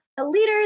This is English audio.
leaders